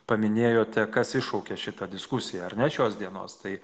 paminėjote kas iššaukė šitą diskusiją ar ne šios dienos tai